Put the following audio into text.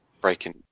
breaking